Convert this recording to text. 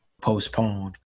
postponed